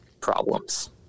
problems